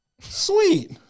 sweet